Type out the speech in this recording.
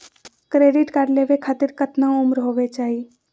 Credit card लेवे खातीर कतना उम्र होवे चाही?